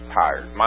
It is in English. tired